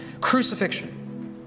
crucifixion